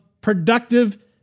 productive